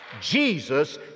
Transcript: Jesus